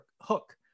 hook